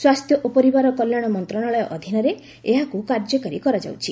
ସ୍ୱାସ୍ଥ୍ୟ ଓ ପରିବାର କଲ୍ୟାଣ ମନ୍ତ୍ରଶାଳୟ ଅଧୀନରେ ଏହାକୁ କାର୍ଯ୍ୟକାରୀ କରାଯାଉଛି